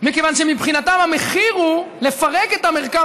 מכיוון שמבחינתם המחיר הוא לפרק את המרקם